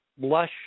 lush